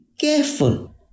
careful